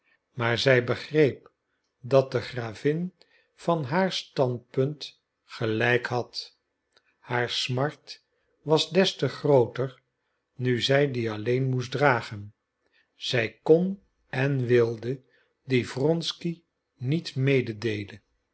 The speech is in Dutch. maar zij begreep dat de gravin van haar standpunt gelijk had haar smart was des te grooter nu zij die alleen moest dragen zij kon en wilde die wronsky niet mededeelen